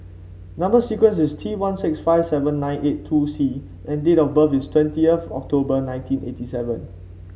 number sequence is T one six five seven nine eight two C and date of birth is twentieth October nineteen eighty seven